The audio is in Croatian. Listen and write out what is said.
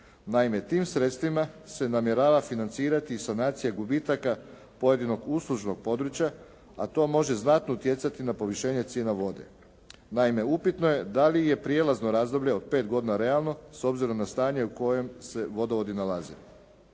Naime, tim sredstvima se namjerava financirati i sanacija gubitaka pojedinog uslužnog područja, a to može znatno utjecati na povišenje cijena vode. Naime, upitno je da li je prijelazno razdoblje od 5 godina realno s obzirom na stanje u kojem se vodovodi nalaze.